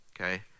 Okay